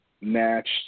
matched